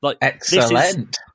excellent